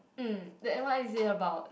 mm then what is it about